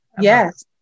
Yes